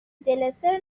دلستر